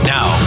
Now